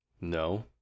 No